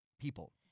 people